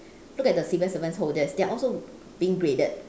look at the civil servants holders they are also being graded